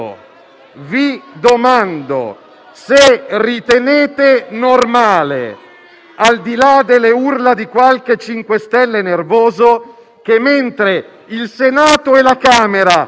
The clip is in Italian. Non è accettabile, non è normale, è un insulto a milioni di famiglie e a milioni di lavoratori.